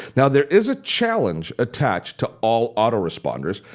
now there is a challenge attached to all autoresponders,